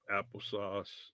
applesauce